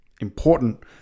important